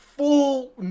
full